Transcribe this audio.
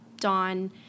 Dawn